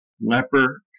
leper